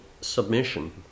submission